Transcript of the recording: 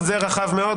זה רחב מאוד,